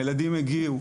הילדים הגיעו,